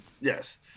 yes